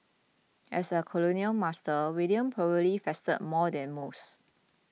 as a colonial master William probably feasted more than most